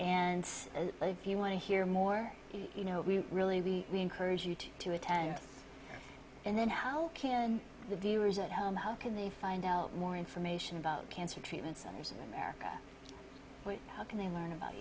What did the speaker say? and if you want to hear more you know we really we encourage you to attend and then how the viewers at home how can they find out more information about cancer treatment centers in america what can they learn about